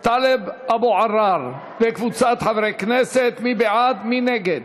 טלב אבו עראר וקבוצת חברי כנסת, מי בעד, מי נגד?